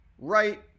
Right